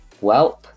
Welp